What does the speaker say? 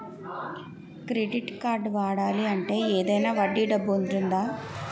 Credit కార్డ్ని వాడాలి అంటే ఏదైనా వడ్డీ డబ్బు ఉంటుందా?